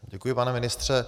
Děkuji, pane ministře.